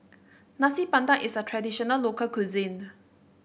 Nasi Padang is a traditional local cuisine